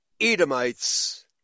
Edomites